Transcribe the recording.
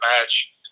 match